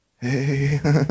hey